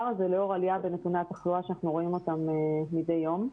הזה לאור העלייה בנתוני התחלואה שאנחנו רואים אותם מדי יום.